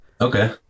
Okay